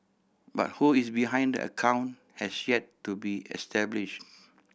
but who is behind the account has yet to be established